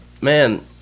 man